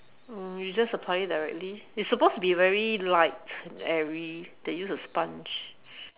oh you just apply it directly it's supposed to be very light and airy they use a sponge